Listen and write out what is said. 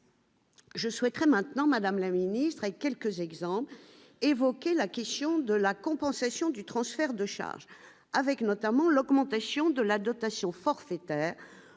Je souhaiterais maintenant Madame la ministre et quelques exemples évoquer la question de la compensation du transfert de charge, avec notamment l'augmentation de la dotation forfaitaire